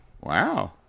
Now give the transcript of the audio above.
Wow